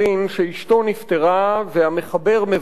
שאשתו נפטרה והמחבר מבקר אותו.